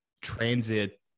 transit